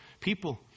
people